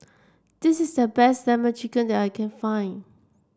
this is the best lemon chicken that I can find